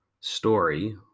story